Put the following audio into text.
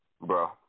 bro